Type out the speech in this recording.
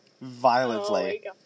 violently